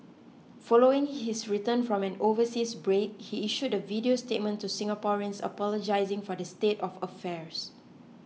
following his return from an overseas break he issued a video statement to Singaporeans apologising for the state of affairs